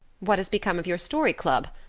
what has become of your story club?